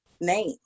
name